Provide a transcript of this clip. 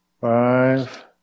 five